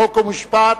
חוק ומשפט.